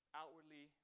outwardly